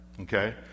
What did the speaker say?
okay